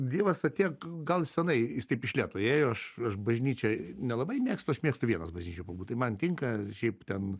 dievas atėjo gal seniai jis taip iš lėto ėjo aš aš bažnyčioj nelabai mėgstu aš mėgstu vienas bažnyčioj pabūt tai man tinka šiaip ten